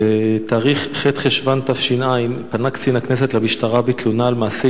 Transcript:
בח' בחשוון התש"ע פנה קצין הכנסת למשטרה בתלונה על מעשי